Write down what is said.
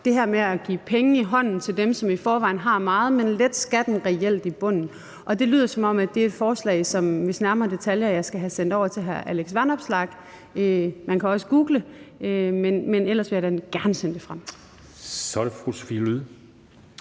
det her med at give penge i hånden til dem, som i forvejen har meget, og man letter skatten reelt i bunden. Det lyder, som om det er et forslag, hvis nærmere detaljer jeg skal have sendt over til hr. Alex Vanopslagh. Man kan også google det, men ellers vil jeg gerne sende det frem. Kl. 15:47 Formanden